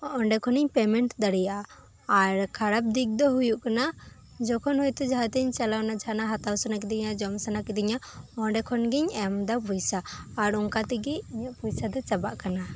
ᱚᱸᱰᱮ ᱠᱷᱚᱱᱤᱧ ᱯᱮᱢᱮᱴ ᱫᱟᱲᱮᱭᱟᱜᱼᱟ ᱟᱨ ᱠᱷᱟᱨᱟᱯ ᱫᱤᱠ ᱫᱚ ᱦᱩᱭᱜ ᱠᱟᱱᱟ ᱡᱚᱞᱷᱚᱱ ᱦᱚᱭ ᱛᱚ ᱡᱟᱦᱟᱸᱛᱤᱧ ᱪᱟᱞᱟᱣᱱᱟ ᱡᱟᱦᱟᱱᱟᱜ ᱦᱟᱛᱟᱣ ᱥᱟᱱᱟ ᱠᱤᱫᱤᱧᱟ ᱡᱚᱢ ᱥᱟᱱᱟ ᱠᱤᱫᱤᱧᱟ ᱚᱸᱰᱮ ᱠᱷᱚᱱ ᱜᱤᱧ ᱮᱢ ᱫᱟ ᱯᱚᱭᱥᱟ ᱟᱨ ᱚᱱᱠᱟ ᱛᱮᱜᱮ ᱤᱧᱟᱹᱜ ᱯᱚᱭᱥᱟ ᱫᱚ ᱪᱟᱵᱟᱜ ᱠᱟᱱᱟ